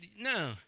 No